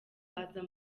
baza